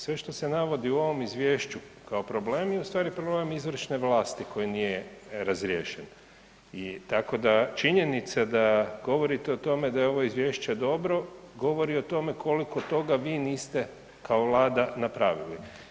Sve što se navodi u ovome izvješću kao problem je ustvari problem izvršne vlasti koji nije razriješen, tako da činjenica da govorite o tome da je ovo izvješće dobro, govori o tome koliko toga vi niste kao Vlada napravili.